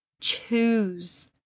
Choose